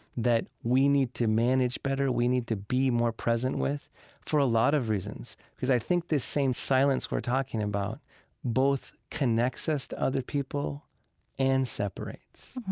that we need to manage better, we need to be more present with for a lot of reasons because i think this same silence we're talking about both connects us to other people and separates.